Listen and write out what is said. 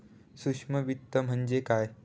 सूक्ष्म वित्त म्हणजे काय?